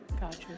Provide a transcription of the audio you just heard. Gotcha